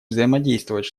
взаимодействовать